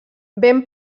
ben